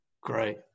Great